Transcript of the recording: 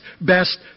best